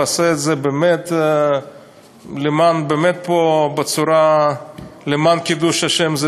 ועושה את זה למען קידוש השם,